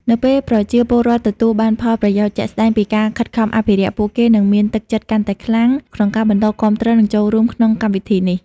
នៅពេលប្រជាពលរដ្ឋទទួលបានផលប្រយោជន៍ជាក់ស្ដែងពីការខិតខំអភិរក្ស ពួកគេនឹងមានទឹកចិត្តកាន់តែខ្លាំងក្នុងការបន្តគាំទ្រ និងចូលរួមក្នុងកម្មវិធីនេះ។